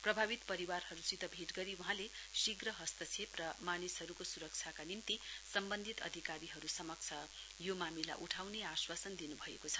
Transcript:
प्रभावित परिवारहरूसित भेट गरी वहाँले शीघ्र हस्तक्षेप र मानिसहरूको सुरक्षाका निम्ति सम्वन्धित अधिकारीहरू समक्ष यस मामिलाको उठान गर्ने आश्वासन दिनुभएको छ